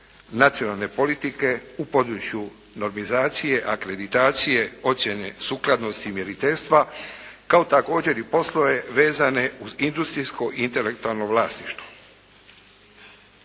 nacionalne politike u području normizacije, akreditacije, ocjene sukladnosti i mjeriteljstva kao također i poslove vezane uz industrijsko i intelektualno vlasništvo.